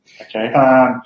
Okay